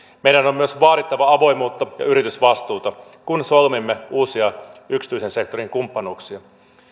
meidän on on myös vaadittava avoimuutta ja yritysvastuuta kun solmimme uusia yksityisen sektorin kumppanuuksia